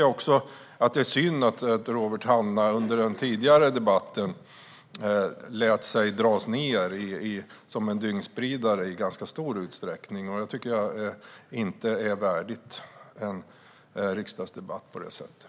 Jag tycker också att det var synd att Robert Hannah under den tidigare debatten lät sig dras ned till att vara en dyngspridare i ganska stor utsträckning. Jag tycker inte att det är värdigt en riksdagsdebatt.